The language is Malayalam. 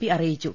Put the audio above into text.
പി അറിയിച്ചു